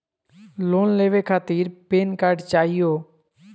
Loan लेवे खातीर PAN card चाहियो?